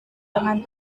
dengan